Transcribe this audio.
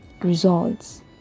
results